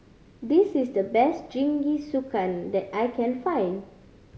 this is the best Jingisukan that I can find